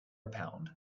pound